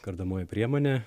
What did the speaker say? kardomoji priemonė